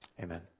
Amen